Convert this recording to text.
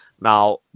Now